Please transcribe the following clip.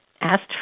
asked